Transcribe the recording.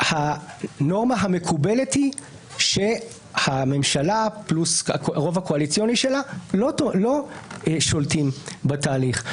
הנורמה המקובלת היא הממשלה פלוס הרוב הקואליציוני שלה לא שולטים בתהליך.